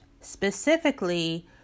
Specifically